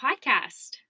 Podcast